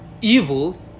evil